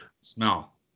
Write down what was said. smell